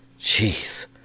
Jeez